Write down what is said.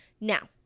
Now